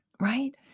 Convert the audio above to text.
right